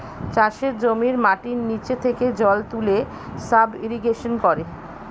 চাষের জমির মাটির নিচে থেকে জল তুলে সাব ইরিগেশন করে